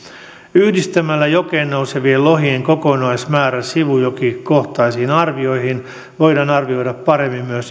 yhdistämällä jokeen nousevien lohien kokonaismäärä sivujokikohtaisiin arvioihin voidaan arvioida paremmin myös